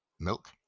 milk